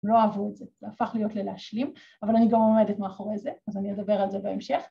‫הם לא אהבו את זה, ‫זה הפך להיות ללהשלים, ‫אבל אני גם עומדת מאחורי זה, ‫אז אני אדבר על זה בהמשך.